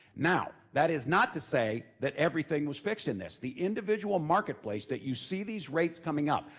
now that is not to say that everything was fixed in this. the individual marketplace that you see these rates coming up,